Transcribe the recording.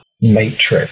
matrix